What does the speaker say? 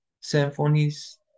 symphonies